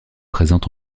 présente